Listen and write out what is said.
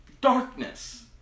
darkness